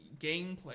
gameplay